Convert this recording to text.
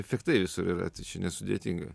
efektai visur yra čia nesudėtinga